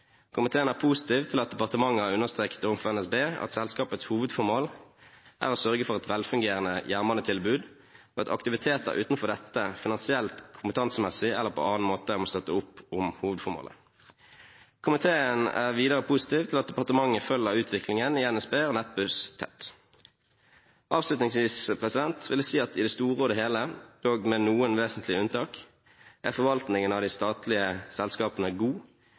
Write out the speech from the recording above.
Komiteen er positiv til at departementet har understreket overfor NSB at selskapets hovedformål er å sørge for et velfungerende jernbanetilbud, og at aktiviteter utover dette finansielt, kompetansemessig eller på annen måte må støtte opp om hovedformålet. Komiteen er videre positiv til at departementet følger utviklingen i NSB og Nettbuss tett.» Avslutningsvis vil jeg si at i det store og det hele, dog med noen vesentlige unntak, er forvaltningen av de statlige selskapene god.